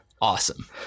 Awesome